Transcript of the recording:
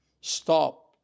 stop